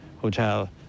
Hotel